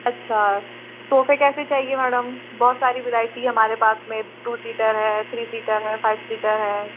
अच्छा सोफ़े कैसे चाहिए मैडम बहुत सारी वैराइटी है हमारे पास में टू सीटर है थ्री सीटर है फाइव सीटर है